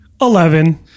Eleven